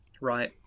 Right